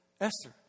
Esther